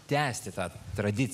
tęsti tą tradiciją